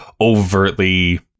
overtly